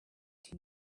king